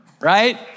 right